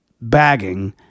bagging